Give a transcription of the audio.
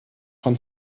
von